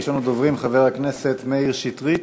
ראשון הדוברים, חבר הכנסת מאיר שטרית,